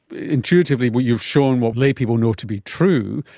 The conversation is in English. intuitively but you've shown what laypeople know to be true.